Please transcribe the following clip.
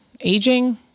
aging